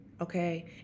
okay